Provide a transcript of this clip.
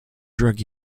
drug